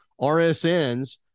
RSNs